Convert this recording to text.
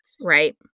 Right